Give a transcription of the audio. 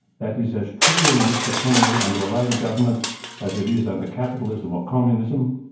that is as true in a mixed economy under a labour government as it is under capitalism or communism.